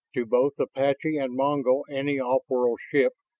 to both apache and mongol any off-world ship,